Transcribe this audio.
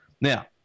now